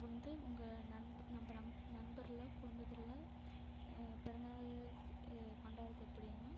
வந்து உங்க நண்ப நம்ம நண்பர்கள் குடும்பத்துலெலாம் பிறந்தநாள் கொண்டாடுகிறது எப்படினா